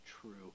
true